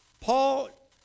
Paul